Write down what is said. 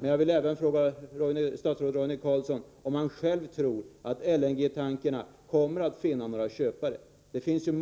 den saken. Jag vill fråga statsrådet Roine Carlsson om han själv tror att LNG-tankrarna kommer att finna några köpare.